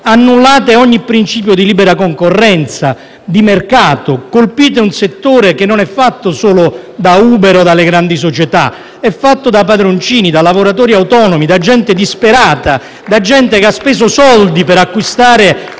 annullate ogni principio di libera concorrenza, di mercato, colpite un settore che non è fatto solo da Uber o dalle grandi società, ma da padroncini, da lavoratori autonomi da gente disperata che ha speso soldi per acquistare